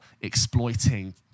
exploiting